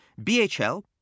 BHL